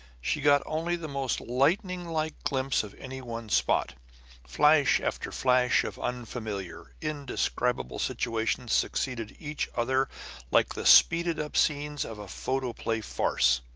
she got only the most lightninglike glimpse of any one spot flash after flash of unfamiliar, indescribable situations succeeded each other like the speeded-up scenes of a photoplay farce.